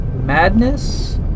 madness